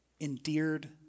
endeared